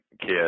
kid